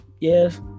Yes